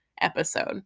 episode